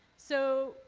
so,